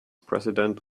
president